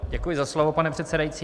Děkuji za slovo, pane předsedající.